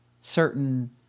certain